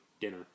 dinner